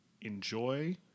enjoy